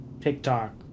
TikTok